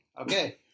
okay